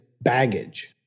baggage